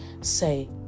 say